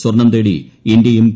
സ്വർണ്ണം തേടി ഇന്ത്യയുടെ പി